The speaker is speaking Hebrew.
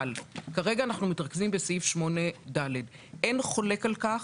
כרגע אנחנו מתרכזים בסעיף 8ד, אין חולק על כך,